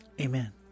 Amen